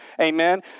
Amen